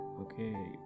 okay